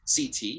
ct